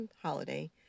holiday